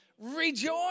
Rejoice